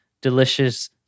delicious